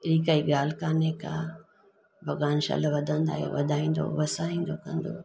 ई काई ॻाल्हि काने का भॻवान शल वधंदायो वधाईंदो वसाईंदो कंदो